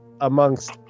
amongst